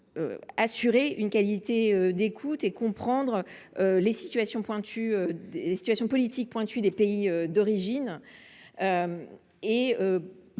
assurer une qualité d’écoute, comprendre les situations politiques pointues des pays d’origine